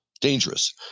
dangerous